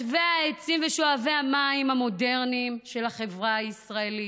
חוטבי העצים ושואבי המים המודרניים של החברה הישראלית,